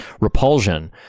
repulsion